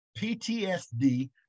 PTSD